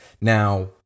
Now